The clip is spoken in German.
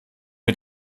mit